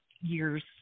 years